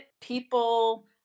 people